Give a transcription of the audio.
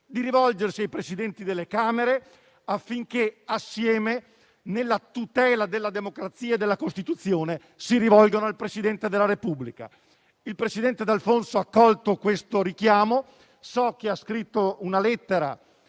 di rivolgersi ai Presidenti delle Camere affinché insieme, nella tutela della democrazia e della Costituzione, si rivolgano al Presidente della Repubblica. Il presidente D'Alfonso ha accolto questo richiamo. So che ha scritto una lettera